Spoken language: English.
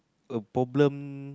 a problem